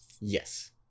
yes